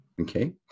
Okay